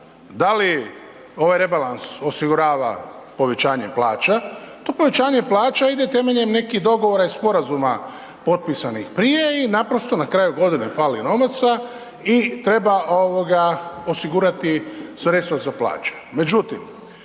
da li ovaj rebalans osigurava povećanje plaća, to povećanje plaća ide temeljem nekih dogovora i sporazuma potpisanih prije i naprosto na kraju godine fali novaca i treba ovoga osigurati sredstva za plaće.